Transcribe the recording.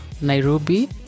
Nairobi